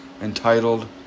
entitled